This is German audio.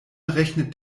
rechnet